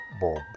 bob